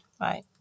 Right